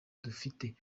dufite